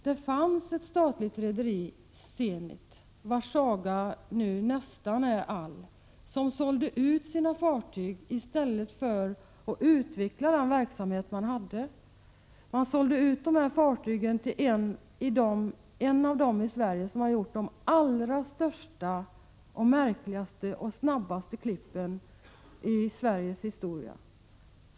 Det fanns ett statligt rederi — Zenit, vars saga nu är nästan all — som sålde ut sina fartyg i stället för att utveckla den verksamhet man hade. Fartygen såldes till en av dem som har gjort de allra största, märkligaste och snabbaste klippen i Sveriges historia.